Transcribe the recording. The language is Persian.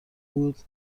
بود